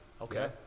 Okay